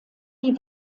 die